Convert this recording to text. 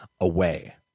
away